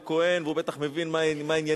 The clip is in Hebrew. הוא כוהן והוא בטח מבין מה העניינים,